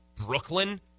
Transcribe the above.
Brooklyn